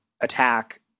attack